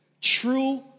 True